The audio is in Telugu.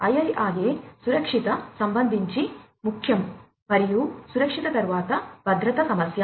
IIRA సురక్షిత సంబంధించి ముఖ్యం మరియు సురక్షిత తరువాత భద్రత సమస్య